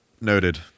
Noted